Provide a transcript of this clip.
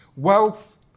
wealth